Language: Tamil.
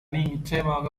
நிச்சயமாக